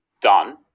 done